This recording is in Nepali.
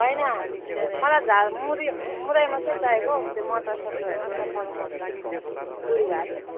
होइन मलाई झालमुरी मुरही मात्रै चाहिएको हौ त्यो मटरसटर होइन चपाउनु सक्दैन बुढी भएको छ त